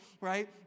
right